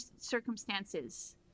circumstances